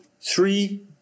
three